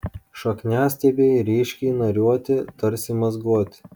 šakniastiebiai ryškiai nariuoti tarsi mazguoti